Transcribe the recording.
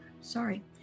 Sorry